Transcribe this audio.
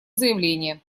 заявление